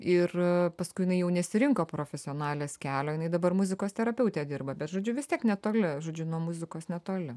ir paskui jinai jau nesirinko profesionalės kelio jinai dabar muzikos terapeute dirba bet žodžiu vis tiek netoli žodžiu nuo muzikos netoli